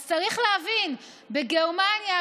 אז צריך להבין: בגרמניה,